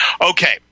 Okay